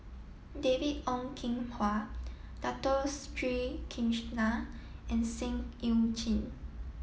David Ong Kim Huat Dato Sri Krishna and Seah Eu Chin